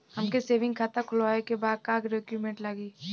हमके सेविंग खाता खोलवावे के बा का डॉक्यूमेंट लागी?